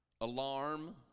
alarm